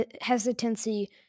hesitancy